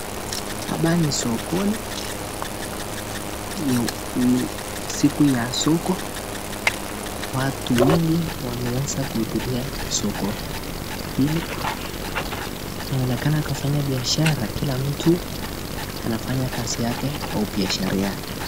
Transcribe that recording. Hapa ni sokoni. Ni siku ya soko. Watu wengi wameweza kuhudhuria soko hili. Inaonekana kufanya biashara kila mtu anafanya kazi yake au biashara yake.